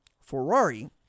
ferrari